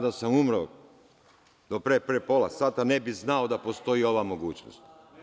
Da sam umro do pre pola sat ne bih znao da postoji ova mogućnost.